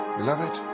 beloved